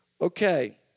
Okay